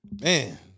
man